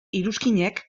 iruzkinek